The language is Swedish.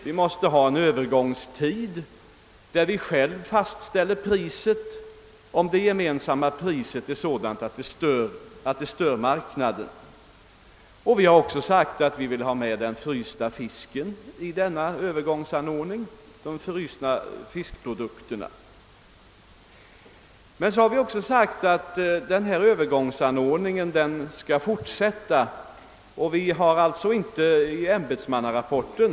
Vi måste ha en öÖövergångstid under vilken vi kan fasthålla vårt eget pris, om det gemensamma priset är sådant att det stör vår marknad. Vi har också uttalat att vi vill få med de frysta fiskprodukterna i denna övergångsanordning. Vidare har vi uttalat att övergångsanordningen skall gälla tills vidare och den har alltså inte tidsbestämts från vår sida i ämbetsmannarapporten.